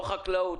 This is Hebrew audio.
לא חקלאות,